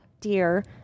dear